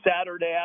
Saturday